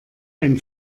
ein